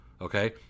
Okay